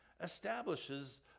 establishes